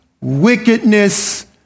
wickedness